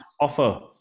offer